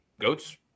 goats